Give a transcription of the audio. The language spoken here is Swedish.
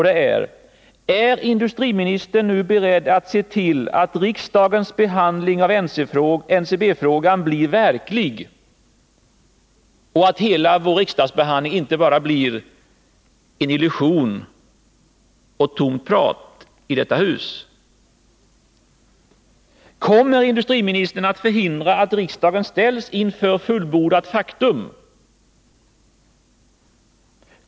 Det är: Är industriministern nu beredd att se till att riksdagens behandling av NCB-frågan blir verklig och inte en illusion och tomt prat? Kommer industriministern att förhindra att riksdagen ställs inför fullbordat faktum?